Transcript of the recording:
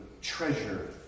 treasure